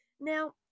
Now